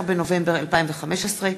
16 בנובמבר 2015,